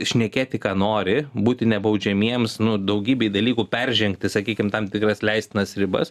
šnekėti ką nori būti nebaudžiamiems nu daugybėj dalykų peržengti sakykim tam tikras leistinas ribas